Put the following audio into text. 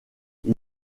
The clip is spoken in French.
ils